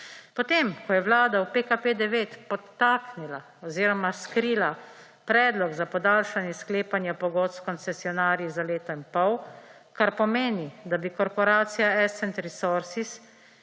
Potem ko je vlada v PKP9 podtaknila oziroma skrila predlog za podaljšanje sklepanja pogodb s koncesionarji za leto in pol, kar pomeni, da bi korporacija Ascent Resources,